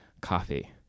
coffee